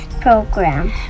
program